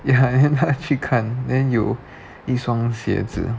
ya then 她去看 then 有一双鞋子